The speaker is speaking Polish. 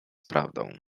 prawdą